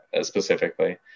specifically